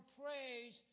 praise